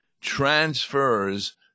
transfers